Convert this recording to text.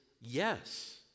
yes